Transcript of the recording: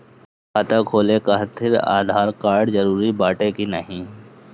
खाता खोले काहतिर आधार कार्ड जरूरी बाटे कि नाहीं?